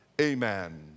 Amen